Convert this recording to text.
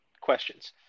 questions